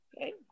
Okay